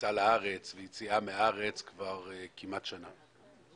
כניסה לארץ ויציאה מהארץ כבר כמעט שנה.